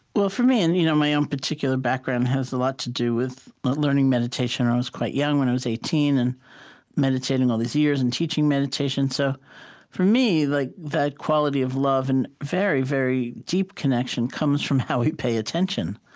well, for me and you know my own particular background has a lot to do with learning meditation when i was quite young, when i was eighteen, and meditating all these years and teaching meditation so for me, like that quality of love and very, very deep connection comes from how we pay attention.